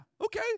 Okay